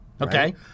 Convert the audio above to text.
okay